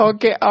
Okay